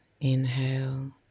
inhale